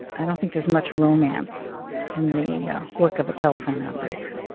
i don't think there's much romance in the work of a telephone operator.